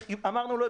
אמרנו לו,